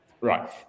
Right